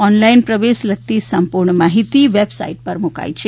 online પ્રવેશ લગતી સંપૂર્ણ માહિતી વેબસાઈટ પર મુકાઈ છે